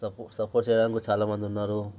సపో support చేయడానికి కూడా చాలామందున్నారు